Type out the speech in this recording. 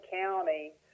County